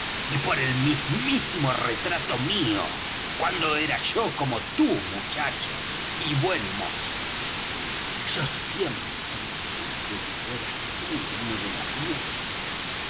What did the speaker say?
y por el mismísimo retrato mío cuando era yo como tú muchacho y buen mozo yo siempre quise que tú fueras de los nuestros